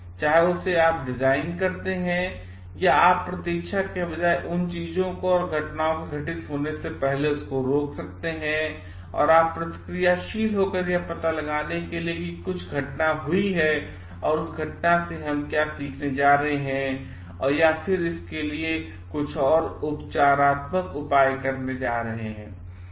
चाहे उसे आप डिज़ाइन करते हैं या आप प्रतीक्षा के बजाय उन चीज़ों को घटनाओं को घटित होने से पहले रोक सकते हैं और प्रतिक्रियाशील होकर यह पता लगाने के लिए कि कुछ घटना हुई है और उस घटना से हम क्या सीखने जा रहे हैं और फिर इसके लिए कुछ उपचारात्मक उपाय करने जा रहे हैं